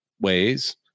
ways